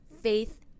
faith